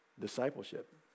discipleship